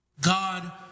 God